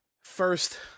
First